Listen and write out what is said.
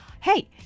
hey